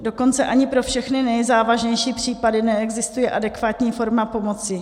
Dokonce ani pro všechny nejzávažnější případy neexistuje adekvátní forma pomoci.